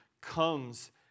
comes